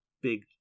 big